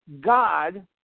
God